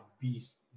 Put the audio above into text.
beast